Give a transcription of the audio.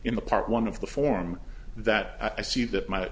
in the part one of the form that i see that my